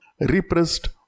repressed